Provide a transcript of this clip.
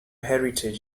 heritage